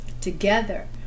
together